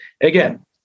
again